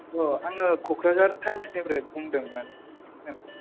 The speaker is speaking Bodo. आङो कक्राझार टाइमस निफ्राय बुंदोंमोन मेम